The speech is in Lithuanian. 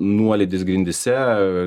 nuolydis grindyse